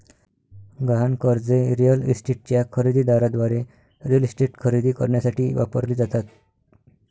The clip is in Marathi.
गहाण कर्जे रिअल इस्टेटच्या खरेदी दाराद्वारे रिअल इस्टेट खरेदी करण्यासाठी वापरली जातात